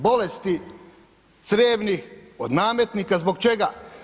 Bolesti crijevnih od nametnika, zbog čega?